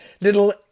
little